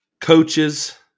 coaches